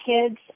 kids